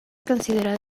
considerado